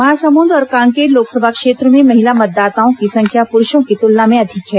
महासमुद और कांकेर लोकसभा क्षेत्रों में महिला मतदाताओं की संख्या पुरूषों की तुलना में अधिक है